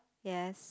yes